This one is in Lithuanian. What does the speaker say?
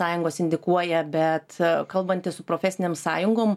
sąjungos indikuoja bet kalbantis su profesinėm sąjungom